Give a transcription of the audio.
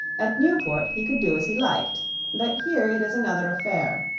at newport he could do as he liked but here it is another affair.